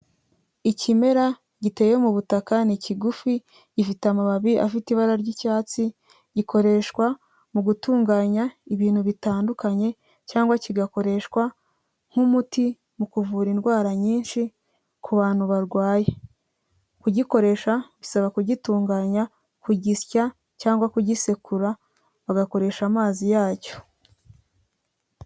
Ikimera giteye mu butaka, ni kigufi, gifite amababi afite ibara ry'icyatsi, gikoreshwa mu gutunganya ibintu bitandukanye cyangwa kigakoreshwa nk'umuti mu kuvura indwara nyinshi ku bantu barwaye, kugikoresha bisaba kugitunganya, kugisya, cyangwa kugisekura, bagakoresha amazi yacyo.